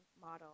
model